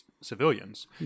civilians